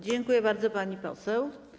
Dziękuję bardzo, pani poseł.